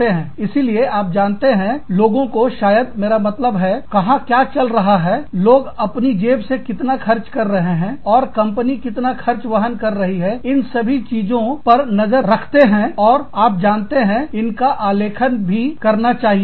इसीलिए आप जानते हैंलोगों को शायद मेरा मतलब है कहां क्या चल रहा है लोग अपनी जेब से कितना खर्च कर रहे हैं और कंपनी कितना खर्च वाहन कर रही है इन सभी चीजों पर नजर रखते है और आप जानते हैं इनका आलेखन भी करना चाहिए